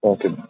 Okay